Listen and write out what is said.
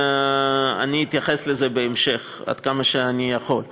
אני אתייחס לזה בהמשך, עד כמה שאני יכול.